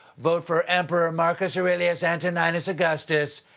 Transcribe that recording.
vote for emperor marcus aurelius antoninus augustus?